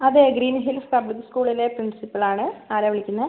അതെ green hills public സ്കൂളിലെ principal ആണ് ആരാണു വിളിക്കുന്നത്